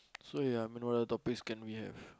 so ya I mean what other topics can we have